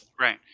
Right